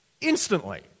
instantly